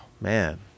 Man